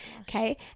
Okay